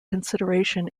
consideration